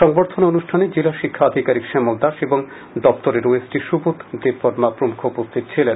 সংবর্ধনা অনুষ্ঠানে জেলা শিক্ষা আধিকারিক শ্যামল দাস ও দপ্তরের O S D Subodh Debbarma প্রমুখ উপস্থিত ছিলেন